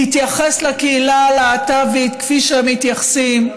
להתייחס לקהילה הלהט"בית כפי שהם מתייחסים,